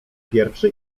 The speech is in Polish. pierwszy